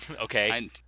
Okay